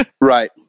Right